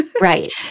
Right